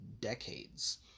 decades